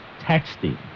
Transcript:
texting